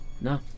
No